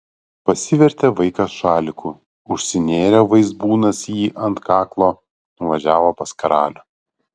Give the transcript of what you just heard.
pasivertė vaikas šaliku užsinėrė vaizbūnas jį ant kaklo nuvažiavo pas karalių